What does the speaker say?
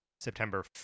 september